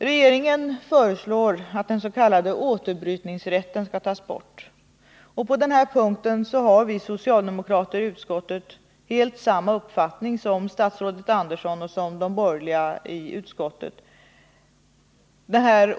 Regeringen föreslår att den s.k. återbrytningsrätten skall tas bort. På denna punkt har vi socialdemokrater i utskottet helt samma uppfattning som statsrådet Andersson och de borgerliga ledamöterna i utskottet.